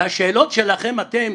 והשאלות שלכם אתם,